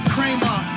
Kramer